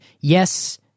yes